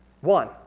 One